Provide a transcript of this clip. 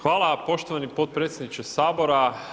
Hvala poštovani potpredsjedniče sabora.